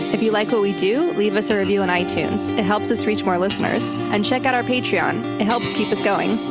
if you like what we do, leave us a review and on itunes. it helps us reach more listeners, and check out our patreon, it helps keep us going.